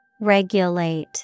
Regulate